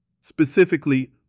specifically